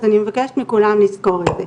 אז אני מבקשת מכולם לזכור את זה.